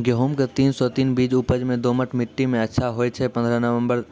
गेहूँम के तीन सौ तीन बीज उपज मे दोमट मिट्टी मे अच्छा होय छै, पन्द्रह नवंबर